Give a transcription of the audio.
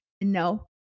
no